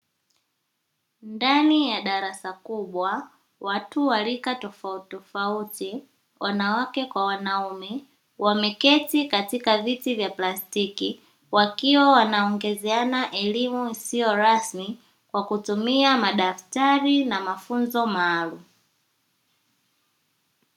Ndani ya darasa kubwa watu wa rika tofautitofauti wanawake kwa wanaume, wameketi katika viti vya plastiki wakiwa wanaongezeana elimu isiyo rasmi kwa kutumia madaftari na mafunzo maalumu.